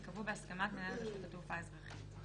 ייקבעו בהסכמת מנהל רשות התעופה האזרחית.